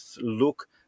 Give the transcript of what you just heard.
look